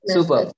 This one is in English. Super